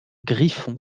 griffon